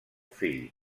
fill